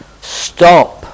stop